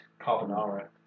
Carbonara